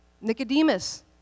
Nicodemus